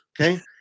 Okay